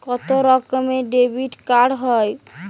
কত রকমের ডেবিটকার্ড হয়?